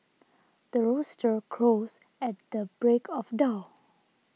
the rooster crows at the break of dawn